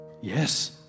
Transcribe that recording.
Yes